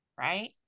Right